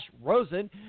Rosen